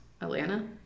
atlanta